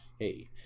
hey